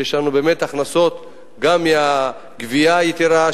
ויש לנו באמת הכנסות גם מהגבייה היתירה,